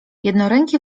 jednoręki